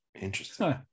Interesting